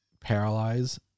paralyze